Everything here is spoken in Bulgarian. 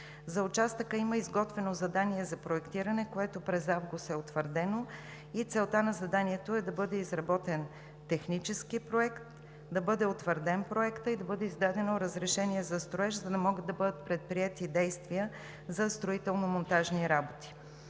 За участъка има изготвено задание за проектиране, което през месец август е утвърдено, и целта на заданието е да бъде изработен технически проект, да бъде утвърден проектът и да бъде издадено разрешение за строеж, за да могат да бъдат предприети действия за строително-монтажни работи.